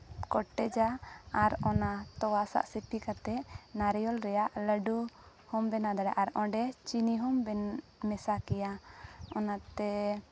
ᱠᱚᱴᱮᱡᱟ ᱟᱨ ᱚᱱᱟ ᱛᱚᱣᱟ ᱥᱟᱣ ᱥᱤᱯᱤ ᱠᱟᱛᱮᱫ ᱱᱟᱨᱤᱠᱮᱞ ᱨᱮᱭᱟᱜ ᱞᱟᱹᱰᱩ ᱦᱚᱢ ᱵᱮᱱᱟᱣ ᱫᱟᱲᱮᱭᱟᱜᱼᱟ ᱟᱨ ᱚᱸᱰᱮ ᱪᱤᱱᱤ ᱦᱚᱸᱢ ᱢᱮᱥᱟ ᱠᱮᱭᱟ ᱚᱱᱟᱛᱮ